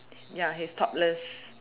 ya he's topless